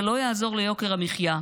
זה לא יעזור ליוקר המחיה,